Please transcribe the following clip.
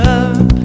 up